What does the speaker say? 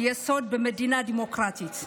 דמוקרטית.